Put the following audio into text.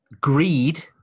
Greed